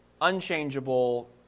unchangeable